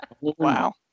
Wow